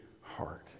heart